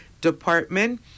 Department